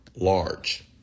large